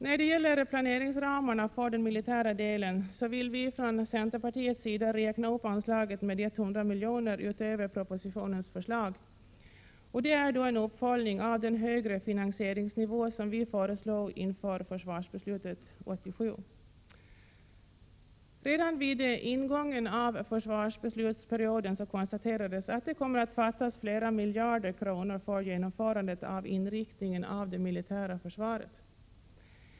När det gäller planeringsramarna för den militära delen vill vi från centerpartiet räkna upp anslaget med 100 miljoner utöver propositionens förslag — och det är en uppföljning av den högre finansieringsnivå som vi föreslog inför försvarsbeslutet 1987. Redan vid ingången av försvarsbeslutsperioden konstaterades att det kommer att fattas flera miljarder kronor för att det skall gå att ge det militära försvaret den planerade inriktningen.